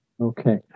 Okay